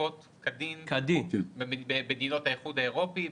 שמשווקות כדין במדינות האיחוד האירופאי,